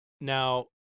now